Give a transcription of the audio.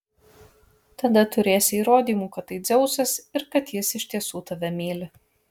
tada turėsi įrodymų kad tai dzeusas ir kad jis iš tiesų tave myli